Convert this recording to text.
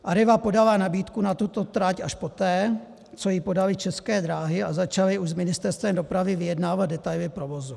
Arriva podala nabídku na tuto trať až poté, co ji podaly České dráhy a začaly už s Ministerstvem dopravy vyjednávat detaily provozu.